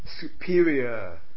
Superior